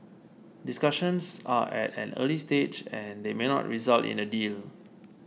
discussions are at an early stage and they may not result in a deal